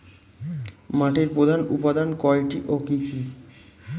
মাটির প্রধান উপাদান কয়টি ও কি কি?